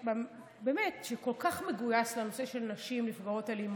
באמת, שכל כך מגויס לנושא של נשים נפגעות אלימות.